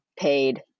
paid